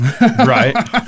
Right